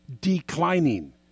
declining